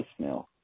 voicemail